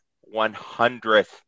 one-hundredth